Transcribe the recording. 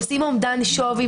עושים אומדן שווי,